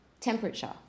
temperature